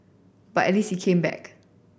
but at least he came back